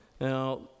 Now